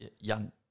young